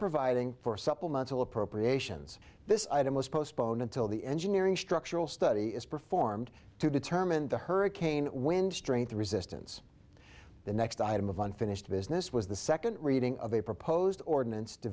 providing for supplemental appropriations this item was postponed until the engineering structural study is performed to determine the hurricane wind strength resistance the next item of unfinished business was the second reading of a proposed ordinance to